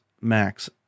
max